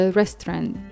restaurant